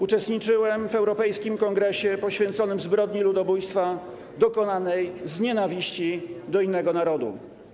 Uczestniczyłem w europejskim kongresie poświęconym zbrodni ludobójstwa dokonanej z nienawiści do innego narodu.